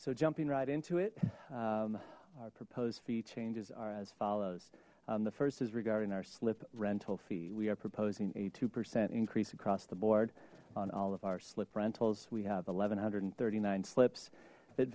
so jumping right into it our proposed fee changes are as follows the first is regarding our slip rental fee we are proposing a two percent increase across the board on all of our slip rentals we have eleven hundred and thirty nine slips